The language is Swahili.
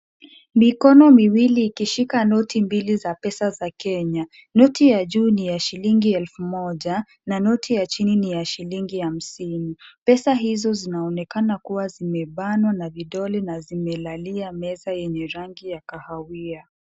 Mikono miwili ikishika noti mbili za pesa za Kenya. Noti ya juu ni ya shilingi elfu moja na noti ya chini ni ya shilingi hamsini. Pesa hizo zinaonekana kuwa zimebanwa na vidole na zimelalia meza yenye rangi ya kahawia.